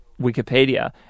Wikipedia